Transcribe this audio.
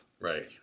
Right